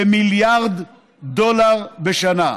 במיליארד דולר בשנה.